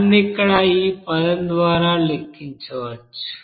దాన్ని ఇక్కడ ఈ పదం ద్వారా లెక్కించవచ్చు